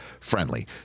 friendly